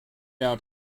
out